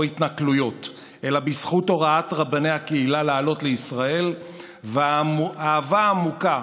התנכלויות אלא בזכות הוראת רבני הקהילה לעלות לישראל והאהבה העמוקה